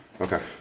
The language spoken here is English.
Okay